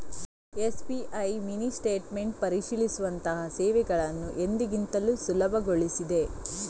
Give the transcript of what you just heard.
SBI mini statement ಪರಿಶೀಲಿಸುವಂತಹ ಸೇವೆಗಳನ್ನು ಎಂದಿಗಿಂತಲೂ ಸುಲಭಗೊಳಿಸಿದೆ